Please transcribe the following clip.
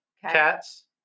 Cats